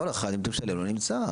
ברור, כל אחד, אם אתה משלם לו, נמצא.